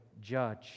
judge